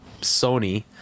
Sony